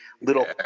little